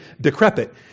decrepit